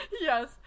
Yes